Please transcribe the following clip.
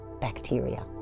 bacteria